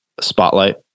spotlight